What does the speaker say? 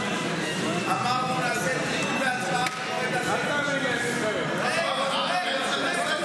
אמרנו: נעשה דיון והצבעה במועד אחר.